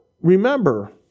remember